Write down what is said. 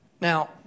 Now